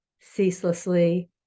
ceaselessly